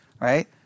right